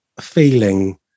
feeling